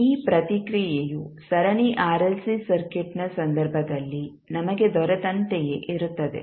ಈ ಪ್ರತಿಕ್ರಿಯೆಯು ಸರಣಿ ಆರ್ಎಲ್ಸಿ ಸರ್ಕ್ಯೂಟ್ನ ಸಂದರ್ಭದಲ್ಲಿ ನಮಗೆ ದೊರೆತಂತೆಯೇ ಇರುತ್ತದೆ